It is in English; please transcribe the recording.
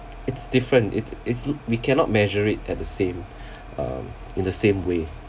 it's different it's it's we cannot measure it at the same um in the same way